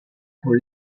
con